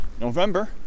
November